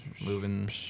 moving